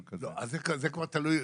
זה תלוי.